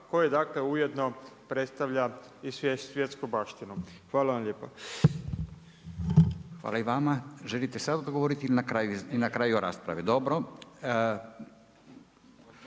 koji dakle ujedno predstavlja i svjetsku baštinu. Hvala vam lijepa. **Radin, Furio (Nezavisni)** Hvala i vama. Želite sad odgovoriti ili na kraju rasprave? Dobro.